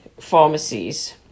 pharmacies